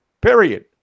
period